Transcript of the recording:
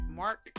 mark